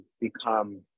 become